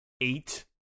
eight